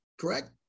correct